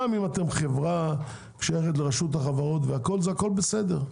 גם אם אתם חברה ששייכת לרשות החברות, הכול בסדר,